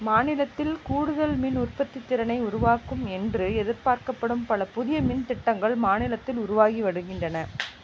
மாநிலத்தில் கூடுதல் மின் உற்பத்தித் திறனை உருவாக்கும் என்று எதிர்பார்க்கப்படும் பல புதிய மின் திட்டங்கள் மாநிலத்தில் உருவாகி வருகின்றன